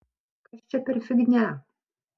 kas čia per fignia